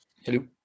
Hello